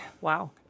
Wow